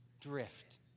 drift